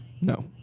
No